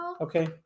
Okay